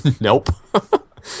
Nope